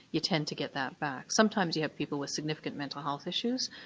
you tend to get that back. sometimes you have people with significant mental health issues,